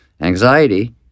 anxiety